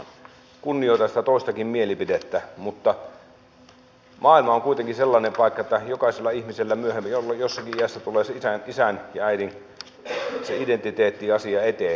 kunnioitan sitä toistakin mielipidettä mutta maailma on kuitenkin sellainen paikka että jokaisella ihmisellä myöhemmin jossakin iässä tulee se isän ja äidin identiteettiasia eteen